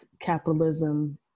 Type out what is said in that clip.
capitalism